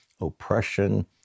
oppression